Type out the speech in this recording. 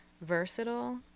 versatile